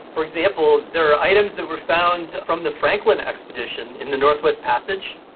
for example, there are items that were found from the franklin expedition in the northwest passage,